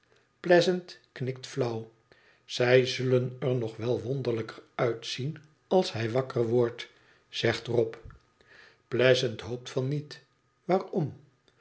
pleasant knikt flauw zij zullen er nog wel wonderlijker uitzien als hij wakker wordt zegt rob pleasant hoopt van niet waarom